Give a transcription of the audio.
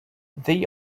they